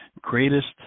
greatest